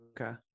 Okay